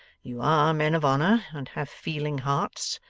you are men of honour, and have feeling hearts.